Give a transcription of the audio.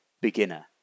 beginner